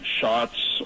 shots